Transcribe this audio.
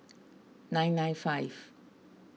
nine nine five